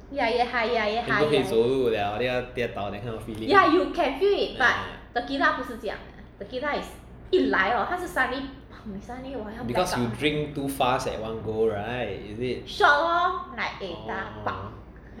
then 不可以走路 liao because you drink too fast at one go right is it oh